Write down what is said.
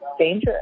dangerous